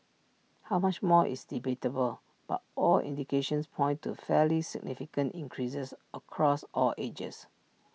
how much more is debatable but all indications point to fairly significant increases across all ages